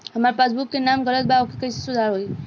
हमार पासबुक मे नाम गलत बा ओके कैसे सुधार होई?